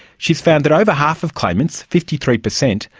she's found that over half of claimants, fifty three percent,